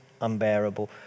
unbearable